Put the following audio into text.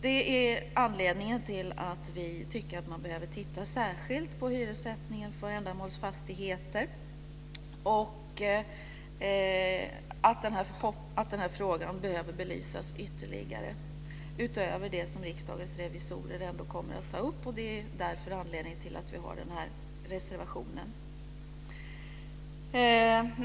Det är anledningen till att vi tycker att man behöver titta särskilt på hyressättningen på ändamålsfastigheter och att frågan behöver belysas ytterligare utöver det som Riksdagens revisorer kommer att ta upp. Det är därför anledningen till vår reservation.